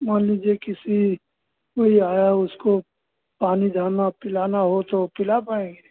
मान लीजिए किसी कोई आया उसको पानी झाना पिलाना है तो पिला पाएंगे